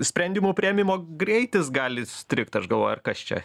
sprendimų priėmimo greitis gali strigt aš galvoju ar kas čia